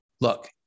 Look